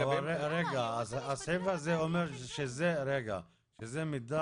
לדבר על עורכי דין למרות שאני מניח שזה אותו הדבר.